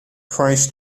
christ